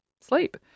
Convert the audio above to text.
sleep